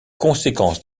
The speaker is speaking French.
conséquences